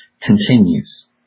continues